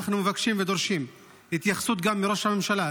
אנחנו מבקשים ודורשים התייחסות גם מראש הממשלה.